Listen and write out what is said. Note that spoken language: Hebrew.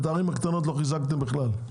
את הערים הקטנות לא חזקתם בכלל,